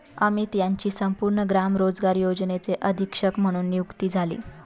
अमित यांची संपूर्ण ग्राम रोजगार योजनेचे अधीक्षक म्हणून नियुक्ती झाली